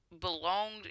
belonged